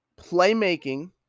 playmaking